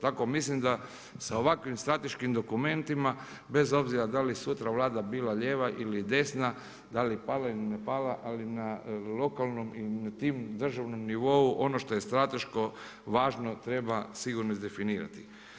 Tako mislim da sa ovakvim strateškim dokumentima bez obzira da li sutra Vlada bila lijeva ili desna, da li pala ili ne pala ali na lokalnom i na tom državnom nivou ono što je strateško važno treba sigurno izdefinirati.